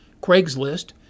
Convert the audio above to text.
Craigslist